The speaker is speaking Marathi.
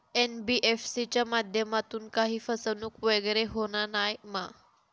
एन.बी.एफ.सी च्या माध्यमातून काही फसवणूक वगैरे होना नाय मा?